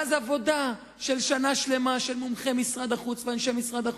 ואז העבודה של שנה שלמה של מומחי משרד החוץ ואנשי משרד החוץ,